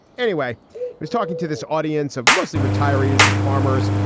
anyway, he was talking to this audience of mostly retirees and farmers.